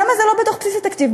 למה זה לא בתוך בסיס התקציב?